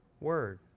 Word